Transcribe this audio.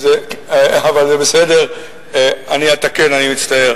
זה בסדר, אני אתקן, אני מצטער.